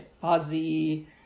fuzzy